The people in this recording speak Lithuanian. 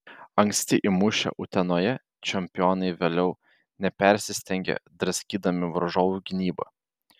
anksti įmušę utenoje čempionai vėliau nepersistengė draskydami varžovų gynybą